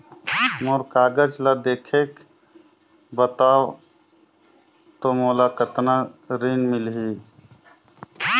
मोर कागज ला देखके बताव तो मोला कतना ऋण मिलही?